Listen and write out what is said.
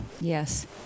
yes